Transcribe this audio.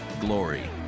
Glory